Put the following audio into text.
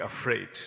afraid